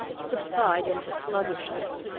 subside into sluggishness,